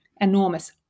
enormous